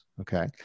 Okay